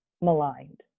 maligned